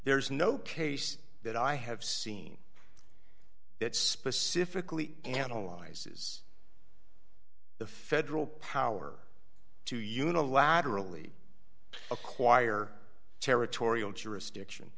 there's no case that i have seen that specifically analyzes the federal power to unilaterally acquire territorial jurisdiction